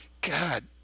God